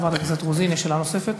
חברת הכנסת רוזין, יש שאלה נוספת?